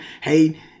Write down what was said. Hey